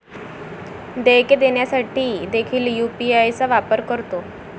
देयके देण्यासाठी देखील यू.पी.आय चा वापर करतो